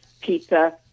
pizza